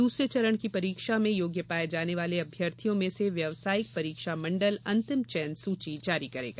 दूसरे चरण की परीक्षा में योग्य पाये जाने वाले अभ्यर्थियों में से व्यवसायिक परीक्षा मंडल अंतिम चयन सूची जारी करेगा